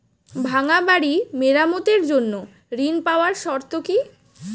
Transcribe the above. ভাঙ্গা বাড়ি মেরামতের জন্য ঋণ পাওয়ার শর্ত কি?